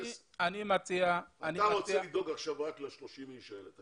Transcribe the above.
אתה רוצה לדאוג עכשיו רק ל-30 אנשים אלה.